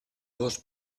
gos